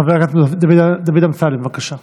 חבר הכנסת דוד אמסלם, בבקשה.